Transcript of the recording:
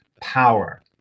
power